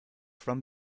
from